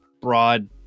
broad